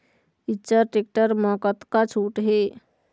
Eicher tractor म कतका छूट हे?